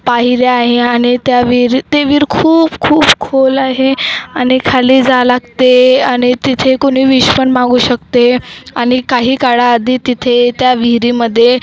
पायऱ्या आहे आणि त्या विहिरी ते विहीर खूप खूप खोल आहे आणि खाली जा लागते आणि तिथे कुणी विश पण मागू शकते आणि काही काळाआधी तिथे त्या विहिरीमध्ये